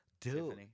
dude